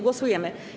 Głosujemy.